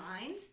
mind